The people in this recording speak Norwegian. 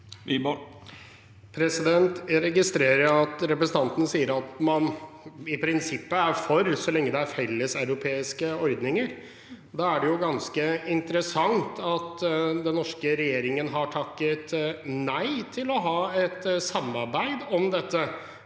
Jeg registrerer at representanten sier at man i prinsippet er for så lenge det er felleseuropeiske ordninger. Da er det jo ganske interessant at den norske regjeringen har takket nei til å ha et samarbeid om dette